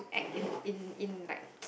to act in in in in like